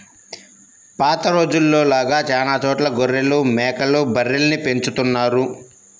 పాత రోజుల్లో లాగా చానా చోట్ల గొర్రెలు, మేకలు, బర్రెల్ని పెంచుతున్నారు